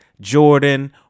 Jordan